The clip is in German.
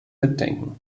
mitdenken